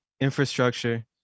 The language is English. infrastructure